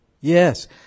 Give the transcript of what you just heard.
Yes